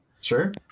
sure